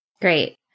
Great